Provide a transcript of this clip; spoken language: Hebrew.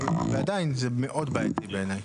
ועדיין, זה מאוד בעייתי בעיני.